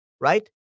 right